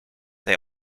they